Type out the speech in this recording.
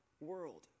world